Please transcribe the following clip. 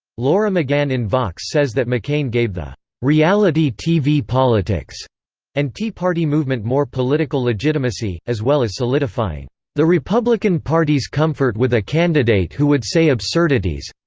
laura mcgann in vox says that mccain gave the reality tv politics and tea party movement more political legitimacy, as well as solidifying the republican party's comfort with a candidate who would say absurdities.